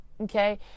okay